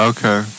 Okay